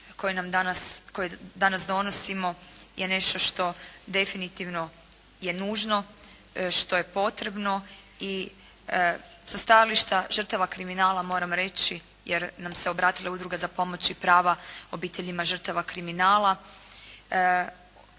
koji danas donosimo je nešto što definitivno je nužno, što je potrebno i sa stajališta žrtava kriminala moram reći jer nam se obratila Udruga za pomoć i prava obiteljima žrtava kriminala